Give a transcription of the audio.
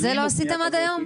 את זה לא עשיתם עד היום?